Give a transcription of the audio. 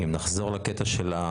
היו אפילו שני דיונים בנושא הזה,